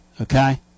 okay